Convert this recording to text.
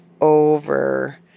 over